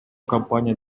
компания